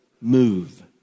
Move